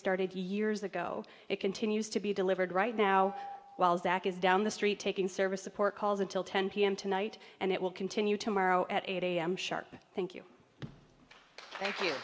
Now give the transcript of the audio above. started years ago it continues to be delivered right now while zach is down the street taking service support calls until ten pm tonight and it will continue tomorrow at eight am sharp thank you thank you